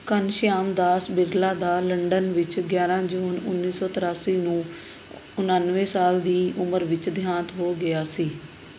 ਘਨਸ਼ਿਆਮ ਦਾਸ ਬਿਰਲਾ ਦਾ ਲੰਡਨ ਵਿੱਚ ਗਿਆਰਾਂ ਜੂਨ ਉੱਨੀ ਸੌ ਤ੍ਰਿਆਸੀ ਨੂੰ ਉਣਾਨਵੇਂ ਸਾਲ ਦੀ ਉਮਰ ਵਿੱਚ ਦੇਹਾਂਤ ਹੋ ਗਿਆ ਸੀ